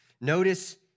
Notice